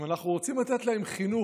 אם אנחנו רוצים לתת להם חינוך,